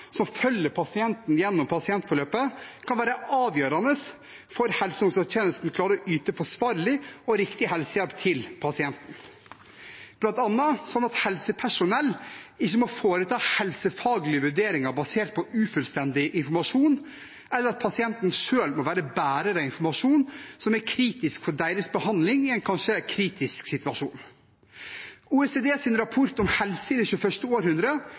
som følger pasienten gjennom pasientforløpet, kan være avgjørende for at helse- og omsorgstjenesten klarer å yte forsvarlig og riktig helsehjelp til pasienten, bl.a. slik at helsepersonell ikke må foreta helsefaglige vurderinger basert på ufullstendig informasjon, eller at pasienten selv må være bærer av informasjon som er kritisk for deres behandling i en kanskje kritisk situasjon. OECDs rapport om helse i det 21. århundre